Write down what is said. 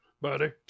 Buddy